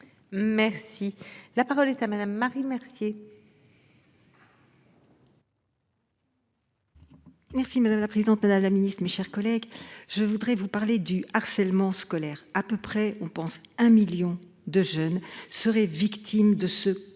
Merci. La parole est à madame Marie Mercier. Merci madame la présidente Madame la Ministre, mes chers collègues, je voudrais vous parler du harcèlement scolaire à peu près on pense un million de jeunes seraient victimes de ce cauchemar